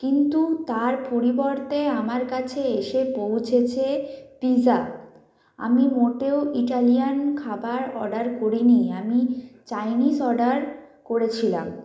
কিন্তু তার পরিবর্তে আমার কাছে এসে পৌঁছেছে পিজা আমি মোটেও ইটালিয়ান খাবার অর্ডার করিনি আমি চাইনিজ অর্ডার করেছিলাম